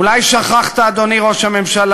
אולי שכחת, אדוני ראש הממשלה,